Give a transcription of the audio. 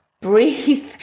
breathe